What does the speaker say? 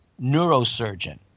neurosurgeon